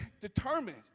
determined